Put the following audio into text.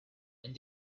and